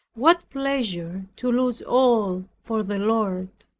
what pleasure to lose all for the lord!